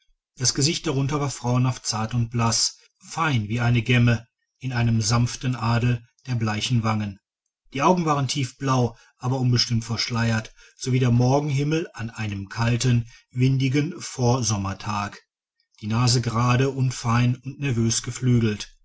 das gesicht darunter war frauenhaft zart und blaß fein wie eine gemme in einem sanften adel der bleichen wangen die augen waren tiefblau aber unbestimmt verschleiert so wie der morgenhimmel an einem kalten windigen vorsommertag die nase gerade und fein und nervös geflügelt